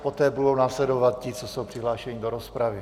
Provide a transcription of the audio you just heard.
Poté budou následovat ti, co jsou přihlášeni do rozpravy.